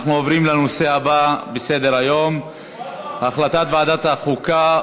אנחנו עוברים לנושא הבא בסדר-היום: החלטת ועדת החוקה,